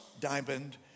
diamond